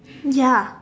ya